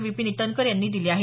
विपीन इटनकर यांनी दिल्या आहेत